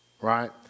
right